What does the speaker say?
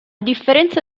differenza